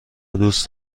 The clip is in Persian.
دوست